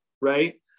right